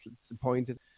disappointed